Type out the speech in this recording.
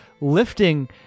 lifting